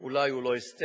אולי הוא לא אסתטי,